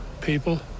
people